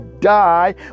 die